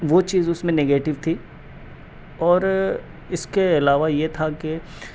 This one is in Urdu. وہ چیز اس میں نگیٹو تھی اور اس کے علاوہ یہ تھا کہ